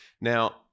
Now